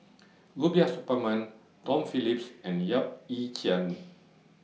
Rubiah Suparman Tom Phillips and Yap Ee Chian